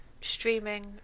streaming